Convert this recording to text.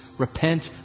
Repent